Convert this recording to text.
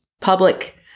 public